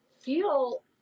feel